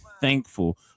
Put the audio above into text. thankful